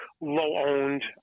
low-owned